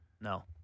No